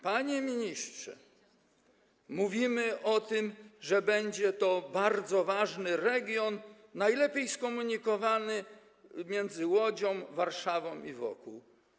Panie ministrze, mówimy o tym, że będzie to bardzo ważny region, najlepiej skomunikowany, między Łodzią, Warszawą i wokół.